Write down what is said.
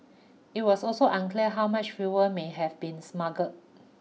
it was also unclear how much fuel may have been smuggled